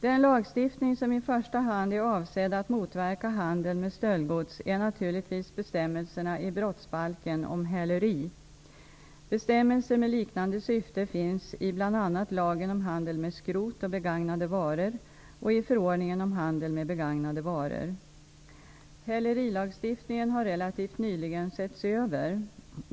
Den lagstiftning som i första hand är avsedd att motverka handeln med stöldgods är naturligtvis bestämmelserna i brottsbalken om häleri. Hälerilagstiftningen har relativt nyligen setts över.